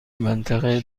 منطقه